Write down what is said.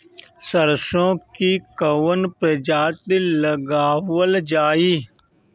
सरसो की कवन प्रजाति लगावल जाई?